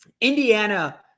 Indiana